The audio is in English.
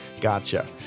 Gotcha